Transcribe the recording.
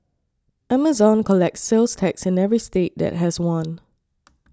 Amazon collects sales tax in every state that has one